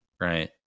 right